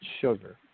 sugar